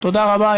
תודה רבה.